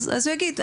אז הוא יגיד,